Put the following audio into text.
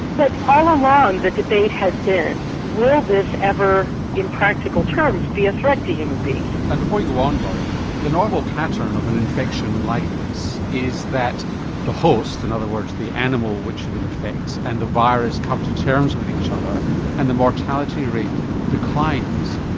but all along the debate has been will this ever in practical terms be a threat to human beings? and before you go on laurie the normal pattern of an infection like this is that the host, in and other words the animal which it infects and the virus come to terms with each other and the mortality rate declines.